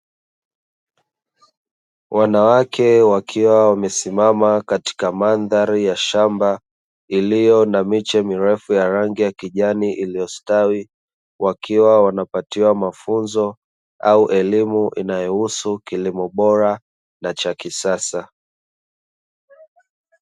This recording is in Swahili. Wanawake wakiwa wamesimama katika mandhari ya shamba, iliyo na miche mirefu ya rangi kijani iliyostawi, wakiwa wanapatiwa mafunzo au elimu inayohusu kilimo bora na cha kisasa.